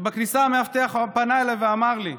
ובכניסה המאבטח פנה אליי ואמר לי: